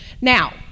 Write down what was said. Now